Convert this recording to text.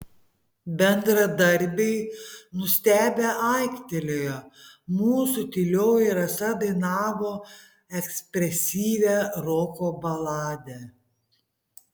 bendradarbiai nustebę aiktelėjo mūsų tylioji rasa dainavo ekspresyvią roko baladę